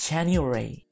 January